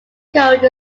code